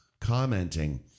commenting